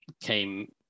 came